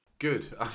Good